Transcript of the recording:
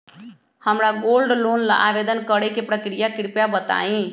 हमरा gold loan ला आवेदन करे के प्रक्रिया कृपया बताई